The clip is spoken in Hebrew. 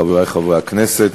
חברי חברי הכנסת,